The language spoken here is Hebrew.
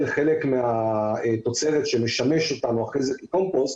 חלק מהתוצרת שמשמשת אותנו אחר כך לקומפוסט,